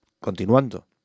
continuando